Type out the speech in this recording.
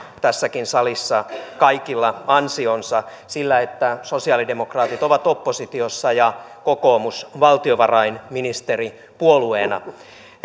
tässäkin salissa kaikilla ansionsa sillä että sosialidemokraatit ovat oppositiossa ja kokoomus valtiovarainministeripuolueena